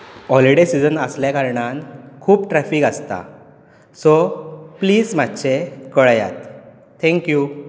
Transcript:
holiday season आसल्या कारणान खूब ट्रेफिक आसता सो प्लिज मातशें कळयात थॅक्यू